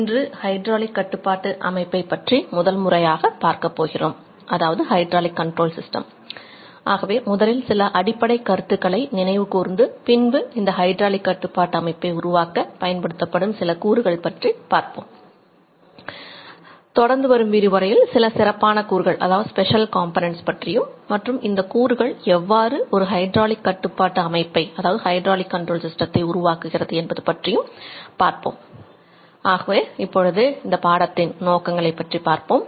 இன்று ஹைட்ராலிக் கட்டுப்பாட்டு அமைப்பை உருவாக்குகிறது என்பது பற்றியும் பார்ப்போம் ஆகவே இப்பொழுது இந்த பாடத்தின் நோக்கங்களை பார்ப்போம்